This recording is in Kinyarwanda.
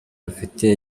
ufitiye